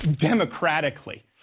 democratically